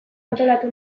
antolatu